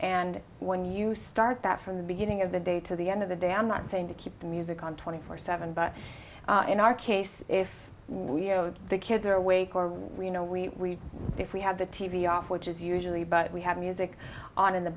and when you start that from the beginning of the day to the end of the day i'm not saying to keep the music on twenty four seven but in our case if we owed the kids are awake or we know we if we have the t v off which is usually but we have music on in the